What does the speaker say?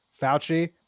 Fauci